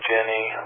Jenny